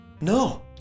No